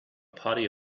party